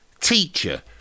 Teacher